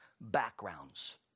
backgrounds